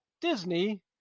Disney